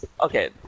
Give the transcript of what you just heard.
Okay